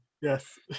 Yes